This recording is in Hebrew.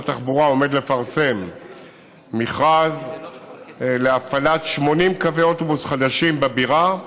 התחבורה עומד לפרסם מכרז להפעלת 80 קווי אוטובוס חדשים בבירה,